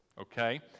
okay